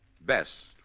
Best